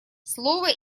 слово